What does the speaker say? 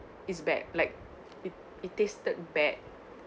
is bad like it it tasted bad